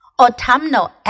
autumnal